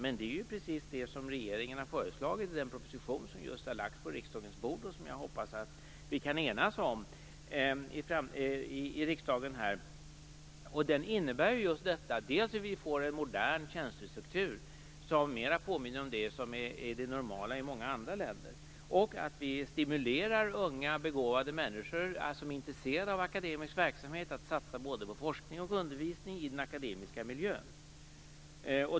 Men det är ju precis det som regeringen har föreslagit i den proposition som man just har lagt på riksdagens bord och som jag hoppas att vi kan enas om här i riksdagen. Den innebär just att vi får en modern tjänstestruktur som mera påminner om det som är det normala i många andra länder och att vi stimulerar unga begåvade människor som är intresserade av akademisk verksamhet att satsa både på forskning och på undervisning i den akademiska miljön.